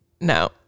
No